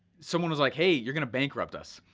someone was like, hey, you're gonna bankrupt us.